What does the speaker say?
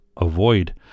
avoid